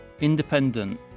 independent